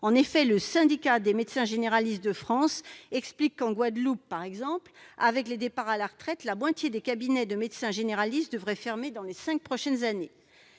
En effet, le syndicat des médecins généralistes de France souligne que, compte tenu des départs à la retraite, la moitié des cabinets de médecins généralistes devrait fermer dans les cinq prochaines années